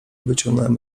wyciągnąłem